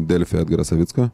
delfi edgarą savicką